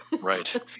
Right